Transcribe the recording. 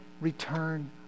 return